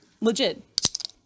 Legit